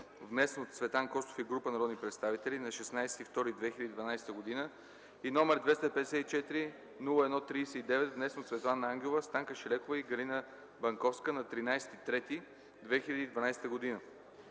внесен от Цветан Костов и група народни представители на 16.02.2012 г., и № 254-01-39, внесен от Светлана Ангелова, Станка Шайлекова и Галина Банковска на 13.03.2012 г.